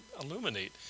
illuminate